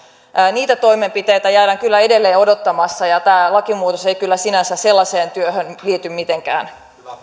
niitä toimenpiteitä jäädään kyllä edelleen odottamaan ja tämä lakimuutos ei kyllä sinänsä sellaiseen työhön liity mitenkään